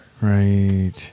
Right